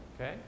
okay